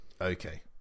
Okay